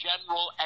general